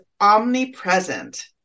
omnipresent